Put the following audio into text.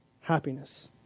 happiness